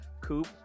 coupe